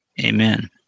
Amen